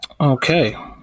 okay